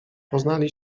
poznali